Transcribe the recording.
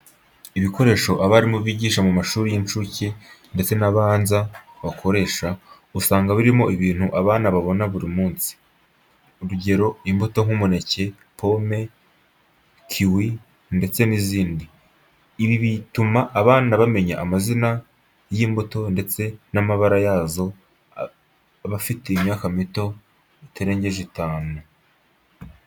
Ibikoresho abarimu bigisha mu mashuri y'incuke ndetse n'abanza bakoresha, usanga birimo ibintu abana babona buri munsi, urugero, imbuto nk'umuneke, pome, kiwi, ndetse n'izindi. Ibi bituma abana bamenya amazina y'imbuto ndetse n'amabara yazo bafite imyaka mito itarengeje itanu.